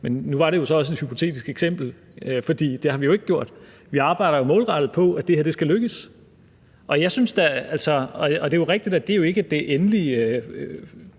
det. Nu var det så også et hypotetisk eksempel, for det har vi jo ikke gjort. Vi arbejder målrettet på, at det her skal lykkes. Og det er jo rigtigt, at det ikke er det endelige